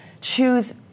choose